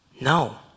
No